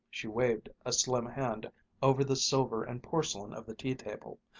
she waved a slim hand over the silver and porcelain of the tea-table,